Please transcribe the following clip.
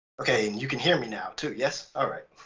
okay, and you can hear me now too, yes? all right,